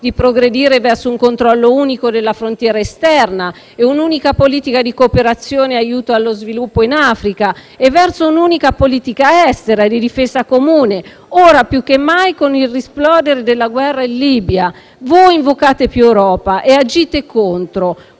di progredire verso un controllo unico della frontiera esterna e un'unica politica di cooperazione e aiuto allo sviluppo in Africa e verso un'unica politica estera e di difesa comune, ora più che mai con il riesplodere della guerra in Libia. Voi invocate più Europa e agite contro: